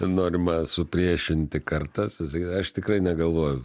norima supriešinti kartas aš tikrai negalvoju